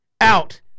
out